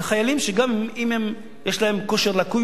זה חיילים שגם אם יש להם כושר לקוי,